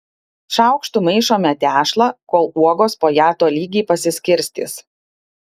šaukštu maišome tešlą kol uogos po ją tolygiai pasiskirstys